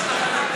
יש לכם עמדה.